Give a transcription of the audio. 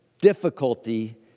difficulty